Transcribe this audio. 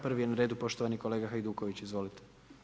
Prvi na redu poštovani kolega Hajduković, izvolite.